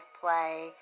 play